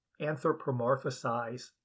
anthropomorphize